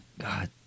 God